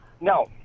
No